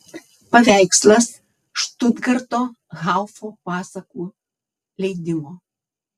paveikslas štutgarto haufo pasakų leidimo